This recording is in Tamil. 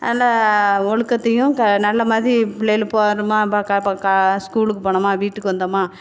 நல்ல ஒழுக்கத்தையும் க நல்லமாதி பிள்ளைகள் போனமா ஸ்கூலுக்கு போனமா வீட்டுக்கு வந்தோமா